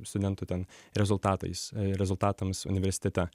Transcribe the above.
studentų ten rezultatais rezultatams universitete